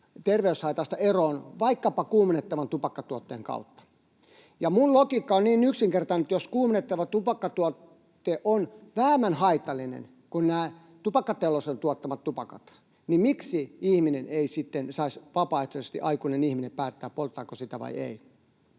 terveyshaitasta eroon vaikkapa kuumennettavan tupakkatuotteen kautta, ja minun logiikkani on niin yksinkertainen, että jos kuumennettava tupakkatuote on vähemmän haitallinen kuin nämä tupakkateollisuuden tuottamat tupakat, niin miksi ihminen — aikuinen ihminen — ei sitten saisi vapaaehtoisesti päättää, polttaako sitä vai ei?